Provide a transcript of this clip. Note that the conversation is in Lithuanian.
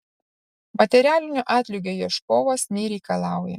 materialinio atlygio ieškovas nereikalauja